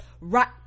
right